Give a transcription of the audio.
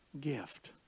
gift